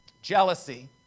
Jealousy